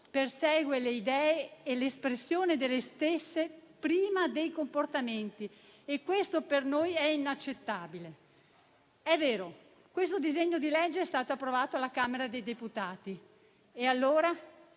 persegue le idee e l'espressione delle stesse prima dei comportamenti, e questo per noi è inaccettabile. È vero: questo disegno di legge è stato approvato alla Camera dei deputati. E allora?